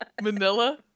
Manila